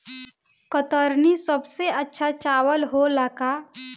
कतरनी सबसे अच्छा चावल होला का?